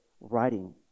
writing